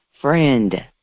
friend